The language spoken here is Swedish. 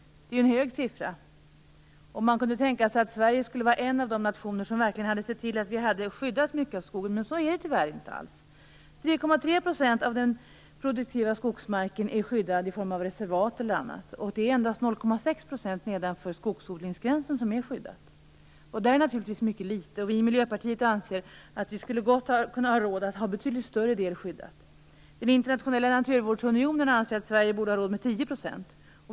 Det är en hög siffra. Man kunde tänka sig att Sverige skulle vara en av de nationer som verkligen hade sett till att skydda mycket av skogen. Men så är det tyvärr inte alls. 3,3 % av den produktiva skogsmarken är skyddad i form av reservat eller annat. Det är endast 0,6 % av skogen nedanför skogsodlingsgränsen som är skyddad. Det är naturligtvis väldigt litet. Vi i Miljöpartiet anser att vi gott skulle ha råd att ha betydligt större del skyddad. Den internationella naturvårdsunionen anser att Sverige borde ha råd med 10 %.